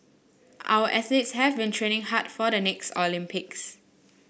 our athletes have been training hard for the next Olympics